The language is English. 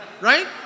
right